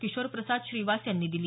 किशोरप्रसाद श्रीवास यांनी दिली